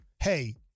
Hey